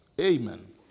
Amen